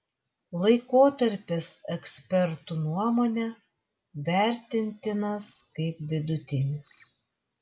laikotarpis ekspertų nuomone vertintinas kaip vidutinis